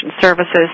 Services